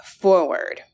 forward